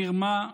מרמה,